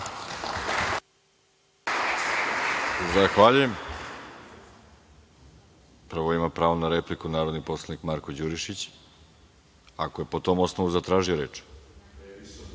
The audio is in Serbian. Zahvaljujem. Pravo na repliku, narodni poslanik Marko Đurišić, ako je po tom osnovu zatražio reč.